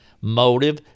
motive